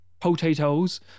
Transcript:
potatoes